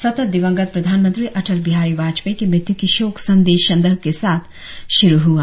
सत्र दिवंगत प्रधानमंत्री अटल बिहारी वाजपाई की मृत्यू की शोक संदेश संदर्भ के साथ शुरु हुआ